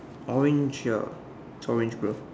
orange ya it's orange bro